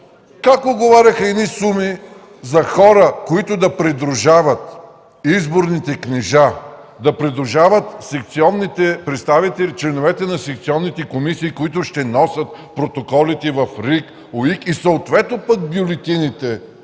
Те уговаряха суми за хора, които да придружават изборните книжа, да придружават представителите и членовете на секционните комисии, които ще носят протоколите в РИК и съответно бюлетините.